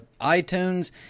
itunes